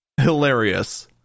hilarious